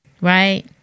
Right